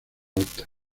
alta